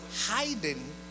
hiding